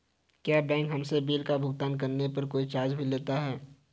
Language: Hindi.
क्या बैंक हमसे बिल का भुगतान करने पर कोई चार्ज भी लेता है?